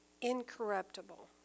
incorruptible